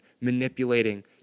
manipulating